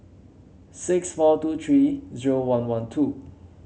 six four two three zero one one two